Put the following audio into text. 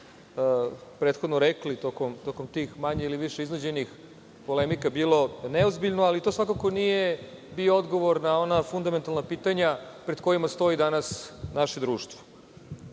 prethodno rekli tokom tih, manje ili više, iznuđenih polemika bilo neozbiljno, ali to svakako nije bio odgovor na ona fundamentalna pitanja pred kojima stoji danas naše društvo. Prvo,